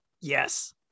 yes